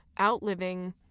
outliving